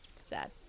Sad